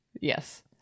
Yes